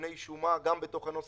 תיקוני שומה גם בתוך הנוסח.